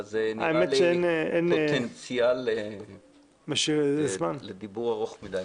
אבל זה נראה לי פוטנציאל לדיבור ארוך מדי.